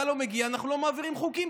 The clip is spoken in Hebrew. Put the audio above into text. אתה לא מגיע, אנחנו לא מעבירים חוקים.